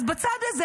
אז בצד הזה,